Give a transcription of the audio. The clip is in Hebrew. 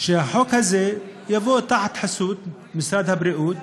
שהחוק הזה יבוא תחת חסות משרד הבריאות